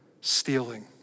stealing